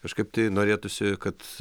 kažkaip tai norėtųsi kad